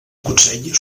consell